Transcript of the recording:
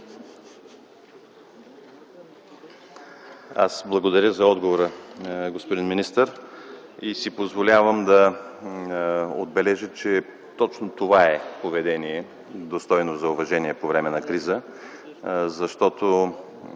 Благодаря за отговора, господин министър. Позволявам си да отбележа, че точно това поведение е достойно за уважение по време на криза, защото